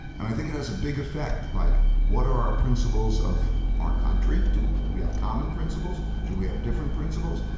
and i think it has a big effect like what are our principles of our country? do we do we have common principles? do we have different principles?